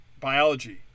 biology